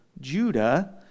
Judah